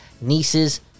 nieces